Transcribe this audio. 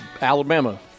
Alabama